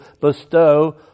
bestow